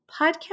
Podcast